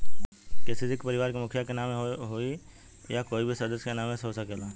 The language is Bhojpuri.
के.सी.सी का परिवार के मुखिया के नावे होई या कोई भी सदस्य के नाव से हो सकेला?